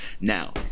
now